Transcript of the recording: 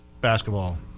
basketball